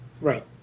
Right